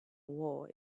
war